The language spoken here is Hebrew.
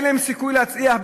אין להם סיכוי להצליח,